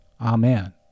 Amen